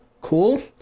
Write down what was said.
cool